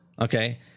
Okay